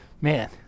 Man